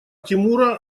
тимура